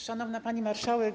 Szanowna Pani Marszałek!